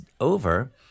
over